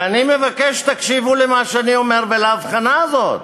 ואני מבקש שתקשיבו למה שאני אומר ולהבחנה הזאת: